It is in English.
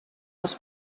was